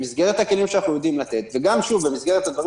במסגרת הכלים שאנחנו יודעים לתת וגם במסגרת הדברים